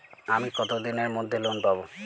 আমি কতদিনের মধ্যে লোন পাব?